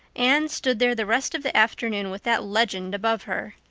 anne stood there the rest of the afternoon with that legend above her.